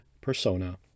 persona